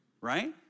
right